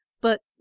But